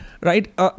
Right